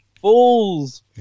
fools